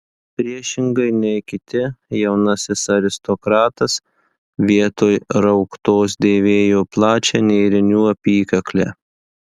priešingai nei kiti jaunasis aristokratas vietoj rauktos dėvėjo plačią nėrinių apykaklę